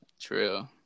true